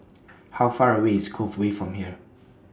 How Far away IS Cove Way from here